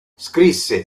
scrisse